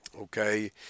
okay